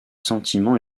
sentiments